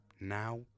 Now